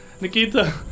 nikita